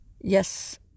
yes